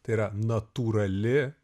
tai yra natūrali